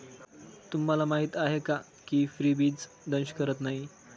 तुम्हाला माहीत आहे का की फ्रीबीज दंश करत नाही